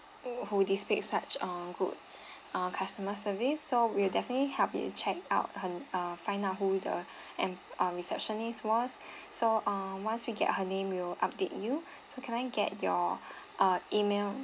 who displayed such a good uh customer service so we'll definitely help you to check out her uh find out who the an uh receptionist was so uh once we get her name we will update you so can I get your uh email